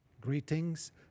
greetings